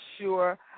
sure